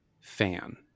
fan